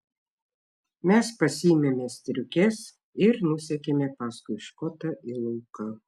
mes pasiėmėme striukes ir nusekėme paskui škotą į lauką